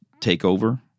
takeover